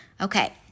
Okay